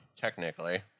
technically